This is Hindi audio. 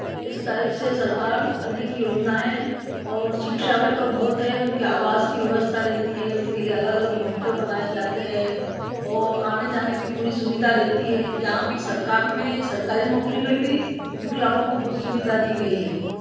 इस टाइप से सरकार अनेक योजना है और शिक्षा में तो बहुत है उनके आवास की व्यवस्था रहती है उनके लिए अलग अलग हॉस्टेल बनाए जाते हैं और आने जाने की पूरी सुविधा रहती है जहाँ भी सरकार में सरकारी नौकरी में भी विकलांगों को बहुत सुविधा दी गई है